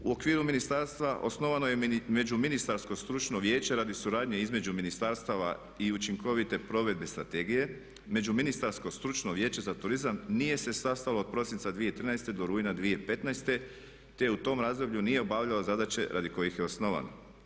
U okviru ministarstva osnovano je među ministarsko stručno vijeće radi suradnje između ministarstava i učinkovite provedbe strategije, među ministarsko stručno vijeće za turizam nije se sastalo od prosinca 2013.-rujna 2015. te u tom razdoblju nije obavljao zadaće radi kojih je osnovan.